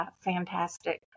fantastic